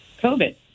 COVID